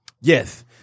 Yes